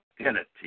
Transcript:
identity